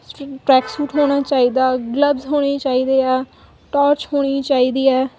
ਟ ਟਰੈਕਸੂਟ ਹੋਣਾ ਚਾਹੀਦਾ ਗਲਵਸ ਹੋਣੇ ਚਾਹੀਦੇ ਆ ਟਾਰਚ ਹੋਣੀ ਚਾਹੀਦੀ ਹੈ